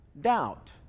doubt